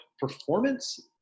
performance